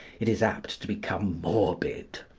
it is apt to become morbid.